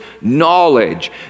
knowledge